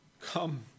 Come